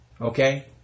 Okay